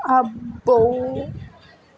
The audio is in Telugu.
అబ్బో